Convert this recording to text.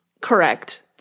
Correct